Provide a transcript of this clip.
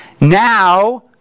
Now